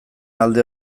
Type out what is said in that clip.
alde